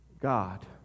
God